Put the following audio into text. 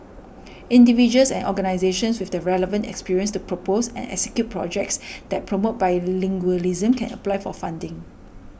individuals and organisations with the relevant experience to propose and execute projects that promote bilingualism can apply for funding